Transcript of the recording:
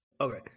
Okay